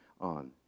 on